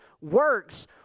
works